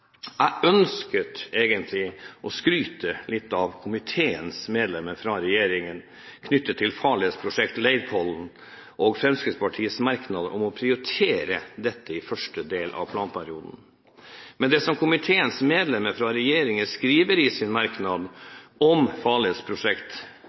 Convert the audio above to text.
Jeg ønsket egentlig å skryte litt av komiteens medlemmer fra regjeringspartiene med hensyn til Farledstiltak Leirpollen og Fremskrittspartiets merknad om å prioritere dette i første del av planperioden. Men det som komiteens medlemmer fra regjeringspartiene skriver i sin